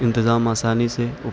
انتظام آسانی سے